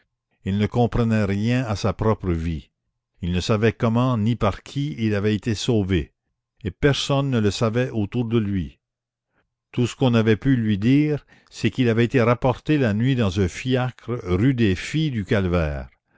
il ne comprenait rien à sa propre vie il ne savait comment ni par qui il avait été sauvé et personne ne le savait autour de lui tout ce qu'on avait pu lui dire c'est qu'il avait été rapporté la nuit dans un fiacre rue des